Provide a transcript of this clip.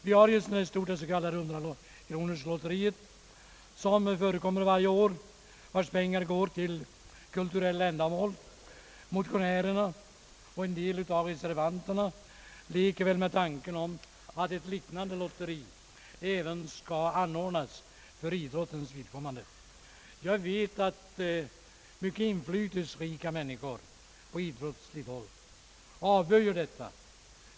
Vi har ju det s.k. 100-kronorslotteriet som anordnas varje år och vars medel går till kulturella ändamål. Motionärerna och en del av reservanterna leker väl med tanken att ett liknande lotteri skulle anordnas för idrottens vidkommande. Jag vet att det finns mycket inflytelserika personer inom idrotten som avböjer detta.